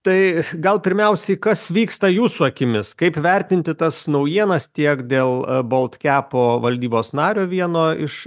tai gal pirmiausiai kas vyksta jūsų akimis kaip vertinti tas naujienas tiek dėl baltkiapo valdybos nario vieno iš